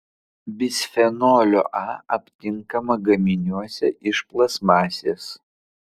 bisfenolio a aptinkama gaminiuose iš plastmasės